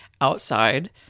outside